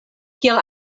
kiel